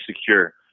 secure